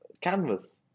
canvas